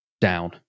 down